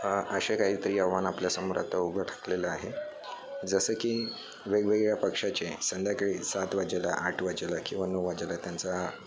असे काहीतरी आव्हान आपल्यासमोर आता उभं ठाकलेलं आहे जसं की वेगवेगळ्या पक्षाचे संध्याकाळी सात वाजेला आठ वाजेला किंवा नऊ वाजेला त्यांचा